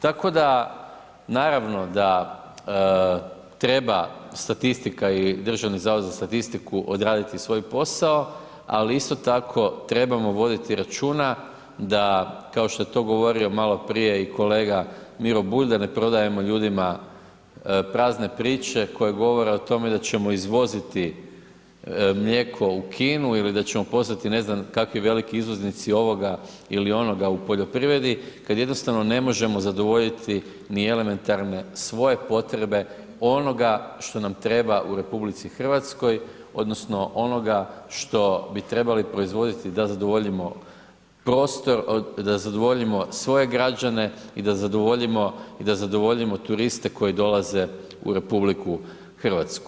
Tako da, naravno da treba statistika i Državni zavod za statistiku odraditi svoj posao, ali isto tako trebamo voditi računa da kao što je to govorio malo prije i kolega Miro Bulj da ne prodajemo ljudima prazne priče koje govore o tome da ćemo izvoziti mlijeko u Kinu ili da ćemo postati ne znam kakvi veliki izvoznici ovoga ili onoga u poljoprivredi kad jednostavno ne možemo zadovoljiti ni elementarne svoje potrebe onoga što nam treba u RH odnosno onoga što bi trebali proizvoditi da zadovoljimo prostor, da zadovoljimo svoje građane i da zadovoljimo i da zadovoljimo turiste koji dolaze u RH.